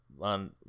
on